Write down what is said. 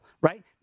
right